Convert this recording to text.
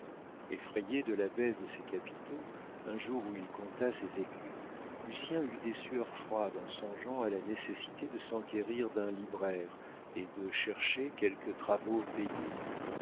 effrayé de la baisse de ses capitaux un jour où il compta ses écus lucien eut des sueurs froides en songeant à la nécessité de s'enquérir d'un libraire et de chercher quelques travaux payés